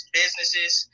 businesses